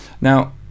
Now